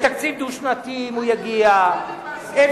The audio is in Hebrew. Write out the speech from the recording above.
בתקציב דו-שנתי, אם הוא יגיע, פיליבסטר.